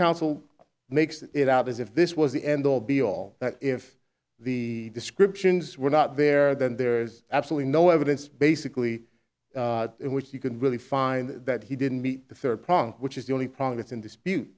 counsel makes it out as if this was the end all be all that if the descriptions were not there then there's absolutely no evidence basically which you can really find that he didn't meet the third prong which is the only problem that's in dispute